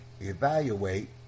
evaluate